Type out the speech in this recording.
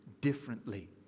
differently